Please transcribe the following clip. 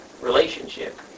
relationship